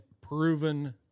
proven